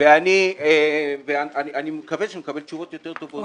ואני מקווה שנקבל תשובות יותר טובות.